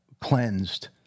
cleansed